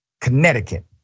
Connecticut